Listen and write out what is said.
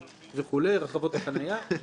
רחבות החניה וכו'.